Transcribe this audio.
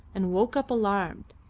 and woke up alarmed,